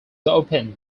open